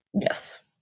Yes